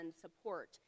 support